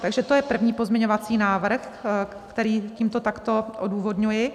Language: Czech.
Takže to je první pozměňovací návrh, který tímto takto odůvodňuji.